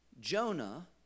Jonah